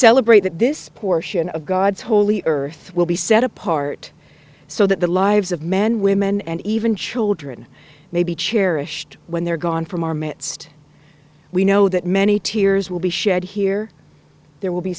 celebrate that this portion of god's holy earth will be set apart so that the lives of men women and even children may be cherished when they're gone from our midst we know that many tears will be shed here there will be